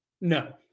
No